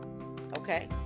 okay